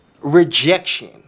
Rejection